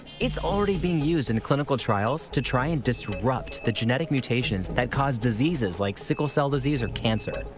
it's already being used in clinical trials to try and disrupt the genetic mutations that cause diseases like sickle cell disease or cancer.